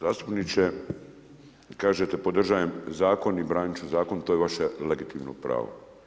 Zastupniče kažete podržavam zakon i branit ću zakon, to je vaše legitimno pravo.